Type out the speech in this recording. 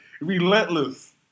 relentless